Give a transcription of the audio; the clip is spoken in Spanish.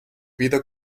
vida